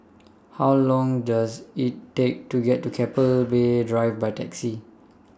How Long Does IT Take to get to Keppel Bay Drive By Taxi